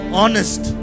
honest